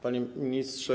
Panie Ministrze!